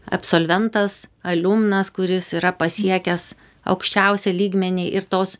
absolventas aliumnas kuris yra pasiekęs aukščiausią lygmenį ir tos